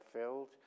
filled